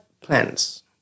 plans